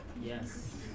yes